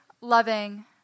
loving